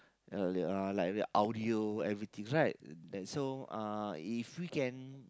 uh like uh the audio everythings right then so uh if we can